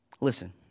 Listen